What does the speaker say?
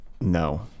No